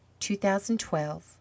2012